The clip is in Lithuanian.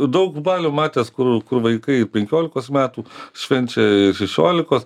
daug balių matęs kur kur vaikai penkiolikos metų švenčia šešiolikos